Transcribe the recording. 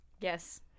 Yes